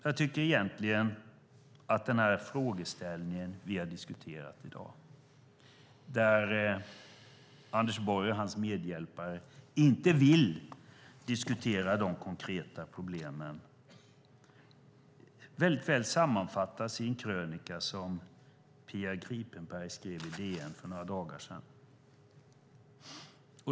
Jag tycker egentligen att den frågeställning som vi har diskuterat i dag, där Anders Borg och hans medhjälpare inte vill diskutera de konkreta problemen, mycket väl sammanfattas i en krönika som Pia Gripenberg skrev i DN för några dagar sedan.